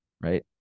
Right